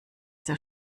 der